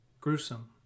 gruesome